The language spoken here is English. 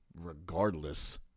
regardless